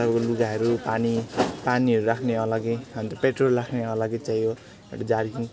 अन्त तपाईँको लुगाहरू पानी पानीहरू राख्ने अलगै अन्त पेट्रोल राख्ने अलगै चाहियो एउटा जेरिक्यान